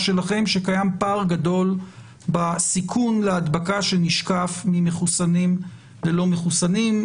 שלכם שקיים פער גדול בסיכון להדבקה שנשקף ממחוסנים ולא מחוסנים?